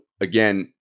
again